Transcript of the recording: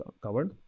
covered